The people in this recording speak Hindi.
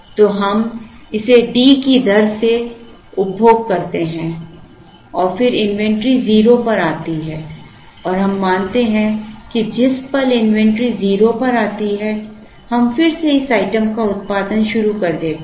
तो हम इसे D की दर से उपभोग करते हैं और फिर इन्वेंट्री 0 पर आती है और हम मानते हैं कि जिस पल इन्वेंट्री 0 पर आती है हम फिर से इस आइटम का उत्पादन शुरू करते हैं